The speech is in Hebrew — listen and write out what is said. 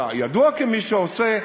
אתה ידוע כמי שעושה,